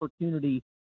opportunity